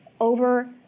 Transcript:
over